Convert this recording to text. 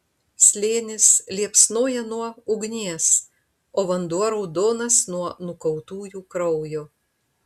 slėnis liepsnoja nuo ugnies o vanduo raudonas nuo nukautųjų kraujo